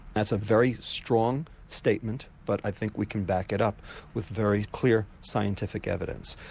that's a very strong statement but i think we can back it up with very clear scientific evidence.